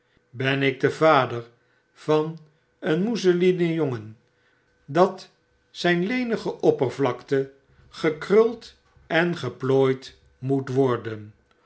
ben ik de vader van een mousselinen jongen dat zgn lenige oppervlaktegekruld en geplooid moet worden